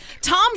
Tom